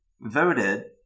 voted